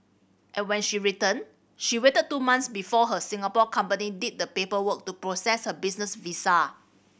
and when she returned she waited two months before her Singapore company did the paperwork to process her business visa